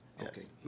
Yes